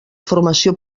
formació